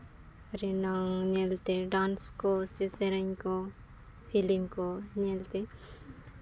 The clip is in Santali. ᱨᱮᱱᱟᱝ ᱧᱮᱞᱛᱮ ᱰᱟᱱᱥ ᱠᱚᱥᱮ ᱥᱮᱨᱮᱧ ᱠᱚ ᱯᱷᱞᱤᱢ ᱠᱚ ᱧᱮᱞ ᱛᱮ